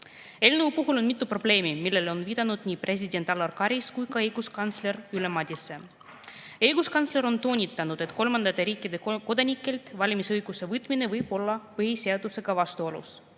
Eelnõu puhul on mitu probleemi, millele on viidanud nii president Alar Karis kui ka õiguskantsler Ülle Madise. Õiguskantsler on toonitanud, et kolmandate riikide kodanikelt valimisõiguse võtmine võib olla põhiseadusega vastuolus.